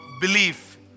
belief